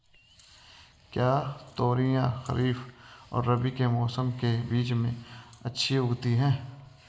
क्या तोरियां खरीफ और रबी के मौसम के बीच में अच्छी उगती हैं?